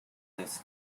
this